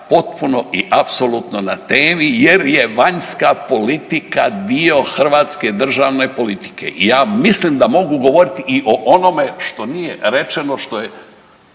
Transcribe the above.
potpuno i apsolutno na temi jer je vanjska politika dio hrvatske državne politike. I ja mislim da mogu govoriti i o onome što nije rečeno, što je,